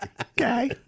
Okay